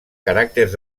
caràcters